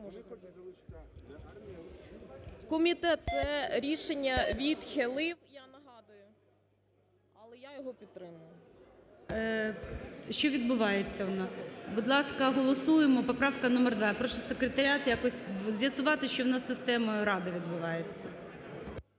Комітет це рішення відхилив, я нагадую. Але я його підтримую. ГОЛОВУЮЧИЙ. Що відбувається в нас? Будь ласка, голосуємо поправка номер 2. Прошу Секретаріат якось з'ясувати, що в нас із системою "Рада" відбувається.